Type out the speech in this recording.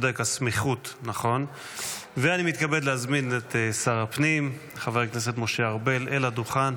אני מתכבד להזמין את שר הפנים חבר הכנסת משה ארבל אל הדוכן.